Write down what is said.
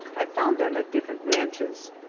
i found them at different ranches.